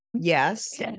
Yes